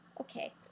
Okay